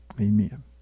Amen